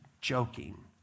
joking